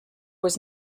was